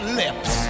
lips